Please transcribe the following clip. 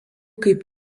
kaip